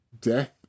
death